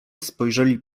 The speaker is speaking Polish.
spojrzeli